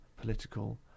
political